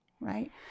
right